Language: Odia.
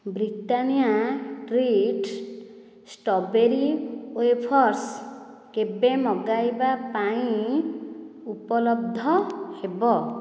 ବ୍ରିଟାନିଆ ଟ୍ରିଟ୍ ଷ୍ଟ୍ରବେରୀ ୱେଫର୍ସ୍ କେବେ ମଗାଇବା ପାଇଁ ଉପଲବ୍ଧ ହେବ